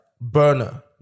Burner